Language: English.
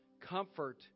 comfort